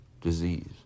disease